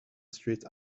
street